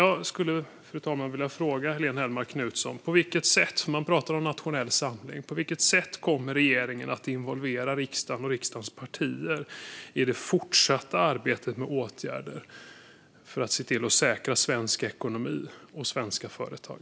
Jag skulle vilja ställa en fråga till Helene Hellmark Knutsson. Man pratar om nationell samling. På vilket sätt kommer regeringen att involvera riksdagen och dess partier i det fortsatta arbetet med åtgärder för att se till att säkra svensk ekonomi och svenska företag?